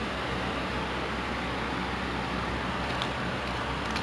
it's like it's something that is like very her you know